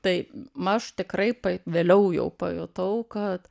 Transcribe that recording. tai maž tikrai vėliau jau pajutau kad